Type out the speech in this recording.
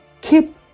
keep